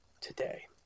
today